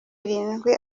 irindwi